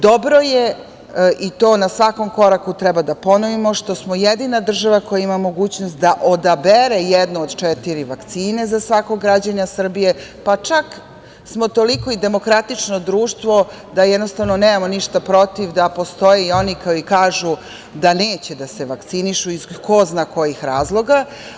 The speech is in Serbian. Dobro je, i to na svakom koraku treba da ponovimo, što smo jedina država koja ima mogućnost da odabere jednu od četiri vakcine za svakog građanina Srbije, pa čak smo toliko demokratično društvo da nemamo ništa protiv da postoje i oni koji kažu da neće da se vakcinišu, iz ko zna kojih razloga.